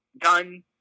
done